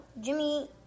Jimmy